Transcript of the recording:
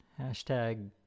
hashtag